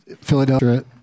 Philadelphia